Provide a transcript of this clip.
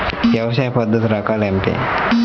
వ్యవసాయ పద్ధతులు రకాలు ఏమిటి?